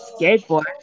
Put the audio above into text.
skateboard